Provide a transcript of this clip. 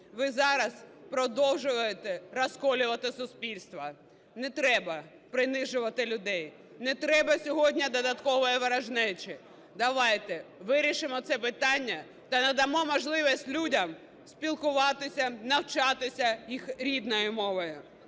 Ви зараз продовжуєте розколювати суспільство. Не треба принижувати людей, не треба сьогодні додаткової ворожнечі. Давайте вирішимо це питання та надамо можливість людям спілкуватися, навчатися їх рідною мовою.